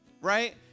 right